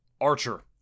Archer